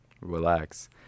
relax